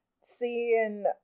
Seeing